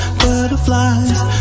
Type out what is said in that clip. butterflies